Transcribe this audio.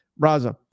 Raza